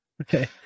Okay